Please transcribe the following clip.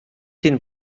den